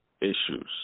issues